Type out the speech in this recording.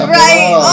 right